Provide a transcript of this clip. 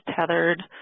tethered